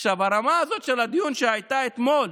עכשיו, הרמה הזאת של הדיון שהייתה אתמול